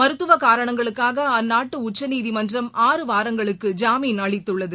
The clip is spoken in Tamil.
மருத்துவகாரணங்களுக்காகஅந்நாட்டுஉச்சநீதிமன்றம் ஆறு வாரங்களுக்கு ஜாமீன் அளித்துள்ளது